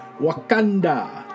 Wakanda